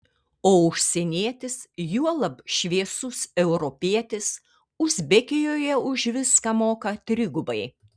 o užsienietis juolab šviesus europietis uzbekijoje už viską moka trigubai